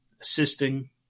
assisting